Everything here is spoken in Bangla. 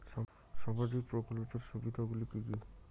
সামাজিক প্রকল্পের সুবিধাগুলি কি কি?